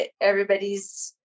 everybody's